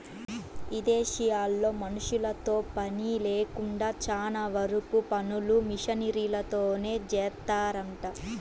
ఇదేశాల్లో మనుషులతో పని లేకుండా చానా వరకు పనులు మిషనరీలతోనే జేత్తారంట